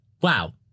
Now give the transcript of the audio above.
Wow